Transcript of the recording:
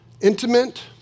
intimate